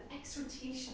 exhortation